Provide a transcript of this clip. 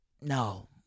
No